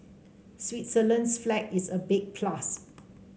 Switzerland's flag is a big plus